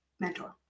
mentor